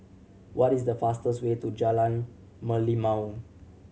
what is the fastest way to Jalan Merlimau